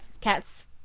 cats